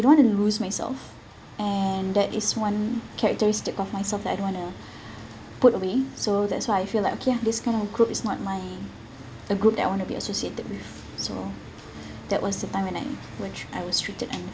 don't want to lose myself and that is one characteristic of myself that I don't want to put away so that's why I feel like okay lah this kind of group is not my the group that I want to be associated with so that was the time when I were I was treated